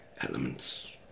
elements